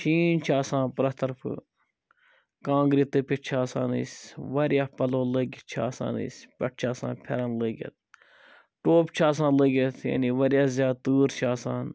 change چھِ آسان پرٛٮ۪تھ طرفہٕ کانٛگرِ تٔپِتھ چھِ آسان أسۍ واریاہ پَلَو لٲگِتھ چھِ آسان أسۍ پٮ۪ٹھٕ چھ آسان پھٮ۪رَن لٲگِتھ ٹوپہٕ چھِ آسان لٲگِتھ یعنی واریاہ زیاد تۭر چھِ آسان